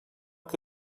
que